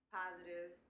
positive